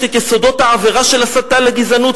את יסודות העבירה של הסתה לגזענות,